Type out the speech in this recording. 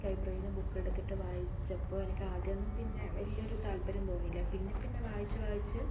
ലൈബ്രറിയിൽ നിന്ന് ബുക്കെടുത്തിട്ട് വായിച്ചപ്പോൾ എനിക്ക് ആദ്യമൊന്നും പിന്നെ വലിയ ഒരു താത്പര്യം തോന്നിയില്ല പിന്നെ പിന്നെ വായിച്ച് വായിച്ച്